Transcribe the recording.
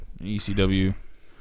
ECW